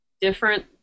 different